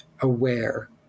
aware